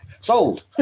sold